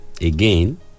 again